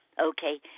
Okay